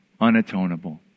unatonable